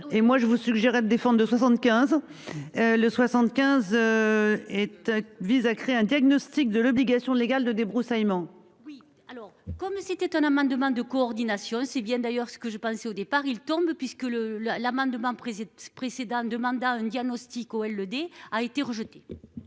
et moi je vous. Défendent de 75. Le 75. Et tu vise à créer un diagnostic de l'obligation légale de débroussaillement. Oui alors comme c'était un amendement de coordination. C'est bien d'ailleurs ce que je pensais au départ ils tombent puisque le le l'amendement précédent précédent de mandat un diagnostic au LED a été.